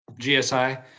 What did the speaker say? GSI